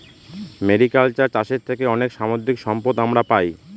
mariculture চাষের থেকে অনেক সামুদ্রিক সম্পদ আমরা পাই